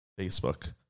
Facebook